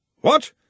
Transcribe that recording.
What